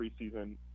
preseason